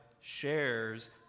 shares